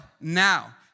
now